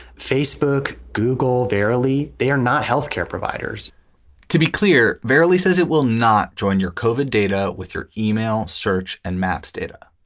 facebook, google, verilli. they are not health care providers to be clear, verilli says it will not join your covered data with your email search and maps data.